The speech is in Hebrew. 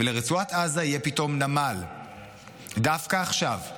ולרצועת עזה יהיה פתאום נמל דווקא עכשיו,